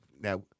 Now